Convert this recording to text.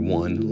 one